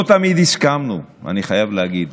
לא תמיד הסכמנו, אני חייב להגיד,